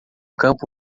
campo